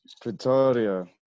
Pretoria